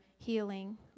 healing